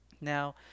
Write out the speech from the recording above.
Now